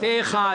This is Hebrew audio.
הצבעה בעד,